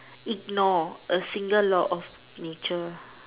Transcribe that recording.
ignore a single law of nature